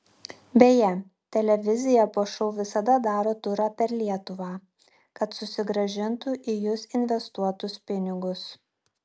beje televizija po šou visada daro turą per lietuvą kad susigrąžintų į jus investuotus pinigus